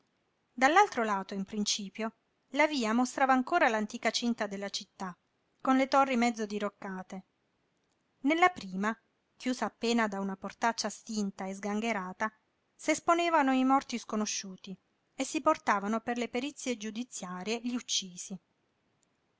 dall'altro lato in principio la via mostrava ancora l'antica cinta della città con le torri mezzo diroccate nella prima chiusa appena da una portaccia stinta e sgangherata s'esponevano i morti sconosciuti e si portavano per le perizie giudiziarie gli uccisi